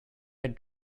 had